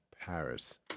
Paris